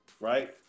right